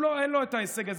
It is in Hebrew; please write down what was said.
אין לו את ההישג הזה.